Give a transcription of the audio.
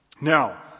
Now